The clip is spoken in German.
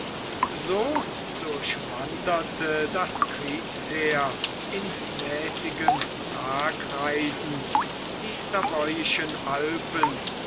so durchwanderte das kriegsheer in mäßigen tagereisen die savoyischen alpen